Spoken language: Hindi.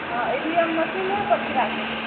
हाँ इ वी एम मसीने पर गिराते हैं